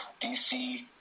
DC